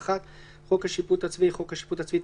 "חוק השיפוט הצבאי" חוק השיפוט הצבאי,